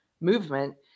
movement